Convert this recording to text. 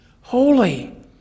holy